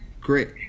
Great